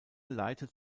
leitet